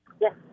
Yes